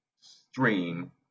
stream